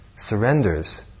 surrenders